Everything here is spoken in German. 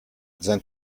sein